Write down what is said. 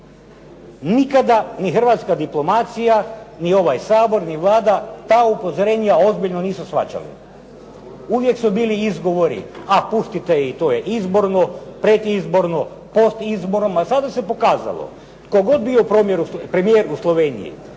Nikada ni hrvatska diplomacija ni ovaj Sabor ni Vlada ta upozorenja ozbiljno nisu shvaćali. Uvijek su bili izgovori a pustite ih to je izborno, predizborno, postizborno. Ma sada se pokazalo tko god bio premijer u Sloveniji,